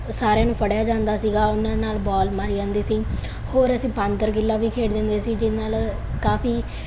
ਸਾਰਿਆਂ ਨੂੰ ਫੜਿਆ ਜਾਂਦਾ ਸੀਗਾ ਉਹਨਾਂ ਨਾਲ ਬਾਲ ਮਾਰੀ ਜਾਂਦੀ ਸੀ ਹੋਰ ਅਸੀਂ ਬਾਂਦਰ ਕਿੱਲਾ ਵੀ ਖੇਡਦੇ ਹੁੰਦੇ ਸੀ ਜਿਹਦੇ ਨਾਲ ਕਾਫੀ